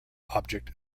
object